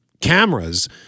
cameras